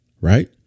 Right